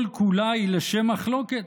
כל-כולה היא לשם מחלוקת,